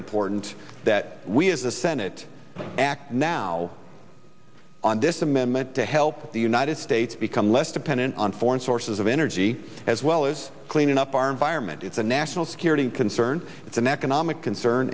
important that we as the senate act now on this amendment to help the united states become less dependent on foreign sources of energy as well as cleaning up our environment it's a national security concern it's an economic concern